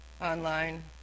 online